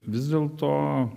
vis dėlto